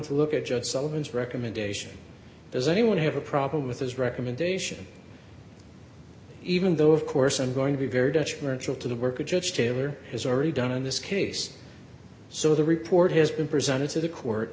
to look at judge sullivan's recommendation does anyone have a problem with his recommendation even though of course i'm going to be very detrimental to the work of judge taylor has already done in this case so the report has been presented to the court